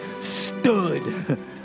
stood